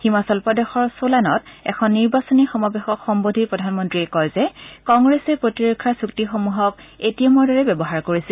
হিমাচল প্ৰদেশৰ ছলানত এখন নিৰ্বাচনী সমাৱেশক সম্নোধি প্ৰধানমন্ত্ৰীয়ে কয় যে কংগ্ৰেছে প্ৰতিৰক্ষাৰ চুক্তিসমূহক এ টি এমৰ দৰে ব্যৱহাৰ কৰিছিল